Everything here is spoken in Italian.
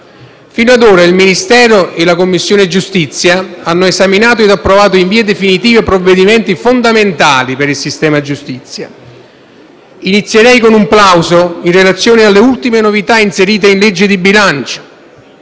Fino ad ora il Ministero e la Commissione giustizia hanno esaminato e approvato in via definitiva provvedimenti fondamentali per il sistema giustizia. Inizierei con un plauso in relazione alle ultime novità inserite in legge di bilancio: